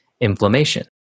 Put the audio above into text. inflammation